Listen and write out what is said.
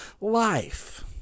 life